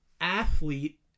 athlete